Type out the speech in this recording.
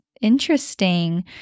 interesting